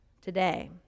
today